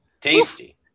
Tasty